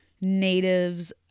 natives